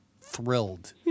thrilled